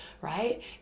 right